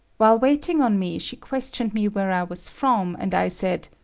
while waiting on me, she questioned me where i was from, and i said,